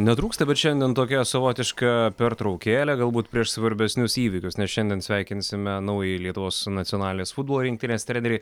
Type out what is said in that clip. netrūksta bet šiandien tokia savotiška pertraukėlė galbūt prieš svarbesnius įvykius nes šiandien sveikinsime naująjį lietuvos nacionalinės futbolo rinktinės trenerį